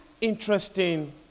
interesting